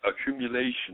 accumulation